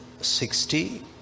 sixty